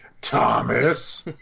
Thomas